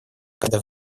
когда